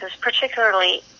particularly